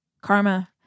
karma